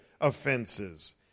offenses